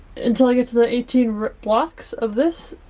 until i get to the eighteen blocks of this.